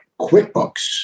quickbooks